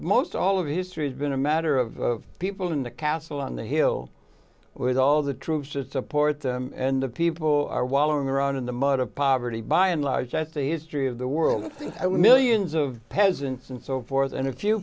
most all of history has been a matter of people in the castle on the hill with all the troops to support them and the people are wallowing around in the mud of poverty by and large that's the history of the world i think i would millions of peasants and so forth and a few